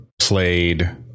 played